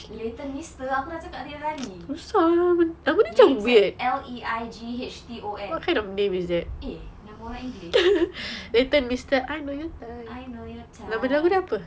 leighton meester aku dah cakap daripada tadi leighton L E I G H T O N eh nama orang english I know your type